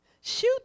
Shoot